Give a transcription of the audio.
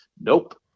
Nope